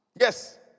Yes